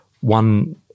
One